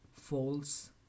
false